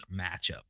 matchup